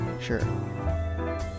Sure